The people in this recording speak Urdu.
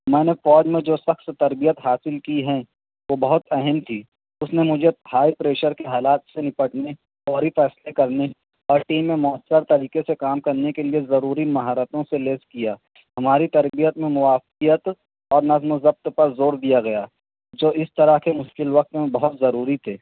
میں نے فوج میں جو سخت تربیت حاصل کی ہیں وہ بہت اہم تھی اس نے مجھے ہائی پریشر کے حالات سے نپٹنے فوری فیصلے کرنے اور ٹیم میں موثر طریقے سے کام کرنے کے لیے ضروری مہارتوں سے لیس کیا ہماری تربیت میں موافقت اور نظم و ضبط پر زور دیا گیا جو اس طرح کے مشکل وقت میں بہت ضروری تھے